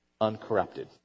uncorrupted